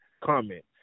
comment